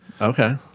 Okay